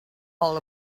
all